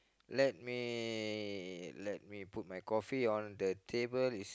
let me let me put my coffee on the table